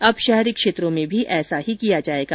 अब शहरी क्षेत्रों में भी ऐसा ही किया जायेगा